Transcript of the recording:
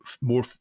more